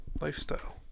lifestyle